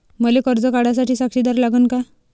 मले कर्ज काढा साठी साक्षीदार लागन का?